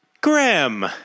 Graham